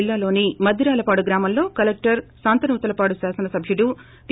జిల్లాలోని మద్గిరాలపాడు గ్రామంలో కలెక్టర్ సంతనూతలపాడు శాసనసభ్యుడు టీ